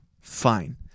fine